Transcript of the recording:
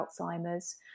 Alzheimer's